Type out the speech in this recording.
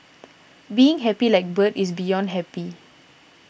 being happy like bird is beyond happy